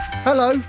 Hello